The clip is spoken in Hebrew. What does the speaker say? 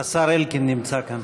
השר אלקין נמצא כאן.